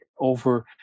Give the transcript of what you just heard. over